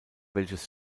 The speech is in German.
welches